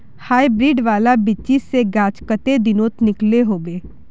Hybrid वाला बिच्ची से गाछ कते दिनोत निकलो होबे?